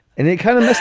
and they kind of